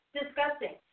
disgusting